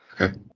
Okay